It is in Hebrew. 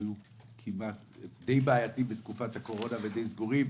שהיו די בעייתיות בתקופת הקורונה כי היו סגורים.